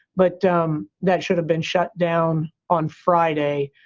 but um that should have been shut down on friday.